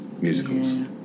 musicals